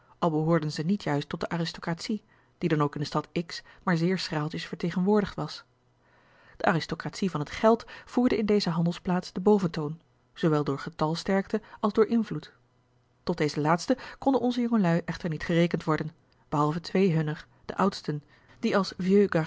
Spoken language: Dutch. al behoorden ze niet juist tot de aristocratie die dan ook in de stad x maar zeer schraaltjes vertegenwoordigd was de aristocratie van het geld voerde in deze handelsplaats den boventoon zoowel door getalsterkte als door invloed tot deze laatste konden onze jongelui echter niet gerekend worden behalve twee hunner de oudsten die als